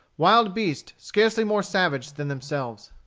wild beasts scarcely more savage than themselves.